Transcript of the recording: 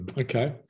Okay